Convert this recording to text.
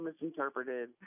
misinterpreted